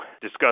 discuss